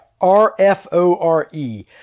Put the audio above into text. R-F-O-R-E